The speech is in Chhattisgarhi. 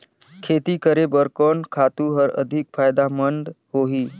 खेती करे बर कोन खातु हर अधिक फायदामंद होही?